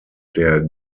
der